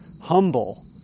humble